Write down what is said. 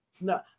No